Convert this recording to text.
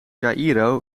caïro